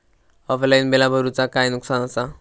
Offline बिला भरूचा काय नुकसान आसा?